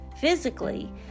Physically